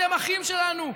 אתם אחים שלנו.